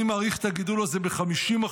אני מעריך את הגידול הזה ב-50%,